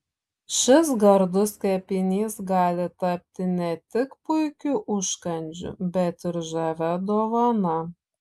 šis gardus kepinys gali tapti ne tik puikiu užkandžiu bet ir žavia dovana